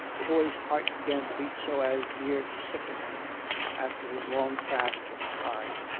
the boy's heart began to beat so as near to sicken him after his long fast and his ride.